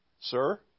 Sir